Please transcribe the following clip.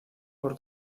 por